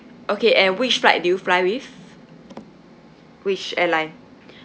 okay and which flight do you fly with which airline